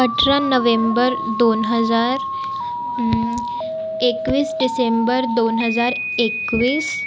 अठरा नोव्हेंबर दोन हजार एकवीस डिसेंबर दोन हजार एकवीस